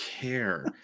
care